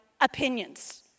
opinions